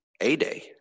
A-Day